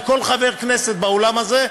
וכל חבר כנסת באולם הזה,